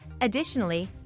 Additionally